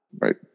right